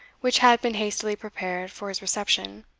which had been hastily prepared for his reception.